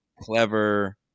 clever